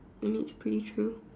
I mean it's pretty true